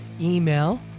email